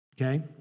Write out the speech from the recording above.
Okay